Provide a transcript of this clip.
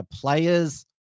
players